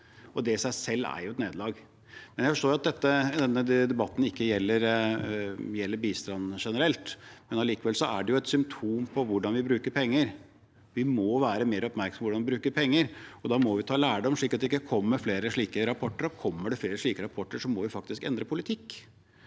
er i seg selv et nederlag. Jeg forstår at denne debatten ikke gjelder bistand generelt, men likevel er dette et symptom på hvordan vi bruker penger. Vi må være mer oppmerksomme på hvordan vi bruker penger. Da må vi ta lærdom, slik at det ikke kommer flere slike rapporter. Og kommer det flere slike rapporter, må vi faktisk endre politikk.